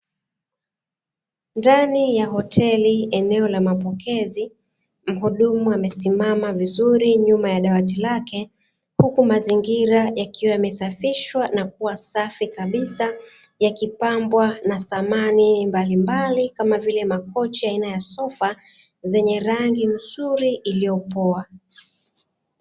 Ndani ya hoteli eneo la mapokezi mhudumu amesimama vizuri nyuma ya dawati lake, huku mazingira yakiwa yamesafishwa na kuwa safi kabisa yakipambwa na samani mbalimbali kama vile makochi aina ya sofa zenye rangi nzuri iliyopoa.